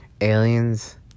Aliens